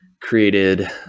created